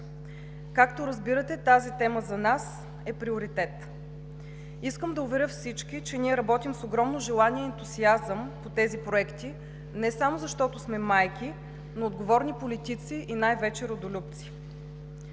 Както разбирате, тази тема за нас е приоритет. Искам да уверя всички, че ние работим с огромно желание и ентусиазъм по тези проекти не само защото сме майки, но отговорни политици и най-вече родолюбци.